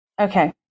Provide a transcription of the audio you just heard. okay